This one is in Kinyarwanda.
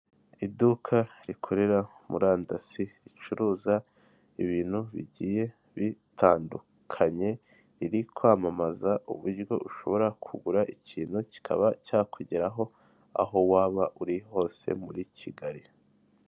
Iduka rikorera murandasi ricuruza ibintu bigiye bitandukanye riri kwamamaza uburyo ushobora kugura ikintu kikaba cyakugeraho aho waba uri hose muri Kigali.